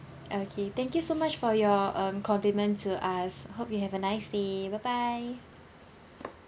okay thank you so much for your um compliment to us hope you have a nice day bye bye